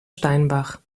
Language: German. steinbach